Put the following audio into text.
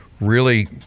really-